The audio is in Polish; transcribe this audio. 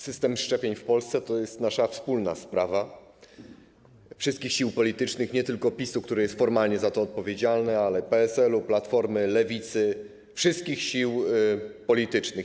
System szczepień w Polsce to jest nasza wspólna sprawa, wszystkich sił politycznych, nie tylko PiS-u, który jest formalnie za to odpowiedzialny, ale też PSL-u, Platformy, Lewicy, wszystkich sił politycznych.